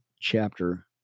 chapter